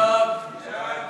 בקריאה השנייה.